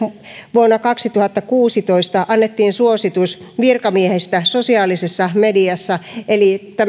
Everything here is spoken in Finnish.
vuonna kaksituhattakuusitoista annettiin suositus virkamiehistä sosiaalisessa mediassa eli